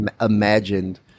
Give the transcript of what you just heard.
imagined